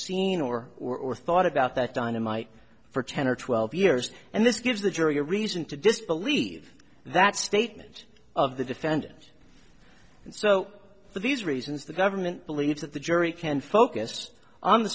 seen or or thought about that dynamite for ten or twelve years and this gives the jury a reason to disbelieve that statement of the defendant and so for these reasons the government believes that the jury can focus on the